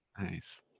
nice